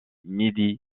midi